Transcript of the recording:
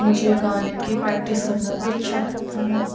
مجھے گانے کی پریکٹس کرنا بھی اچھا لگتا ہے